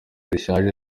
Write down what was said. zishaje